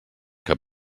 que